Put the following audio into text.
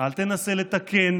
אל תנסה לתקן,